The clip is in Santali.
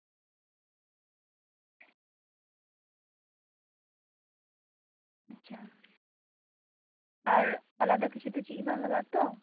ᱟᱪᱪᱷᱟ ᱟᱨ ᱟᱞᱟᱫᱟ ᱠᱤᱪᱷᱩ ᱫᱚ ᱪᱮᱫ ᱜᱮ ᱵᱟᱝ ᱞᱟᱜᱟᱜᱼᱟ ᱛᱚ